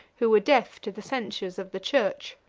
who were deaf to the censures of the church.